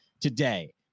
today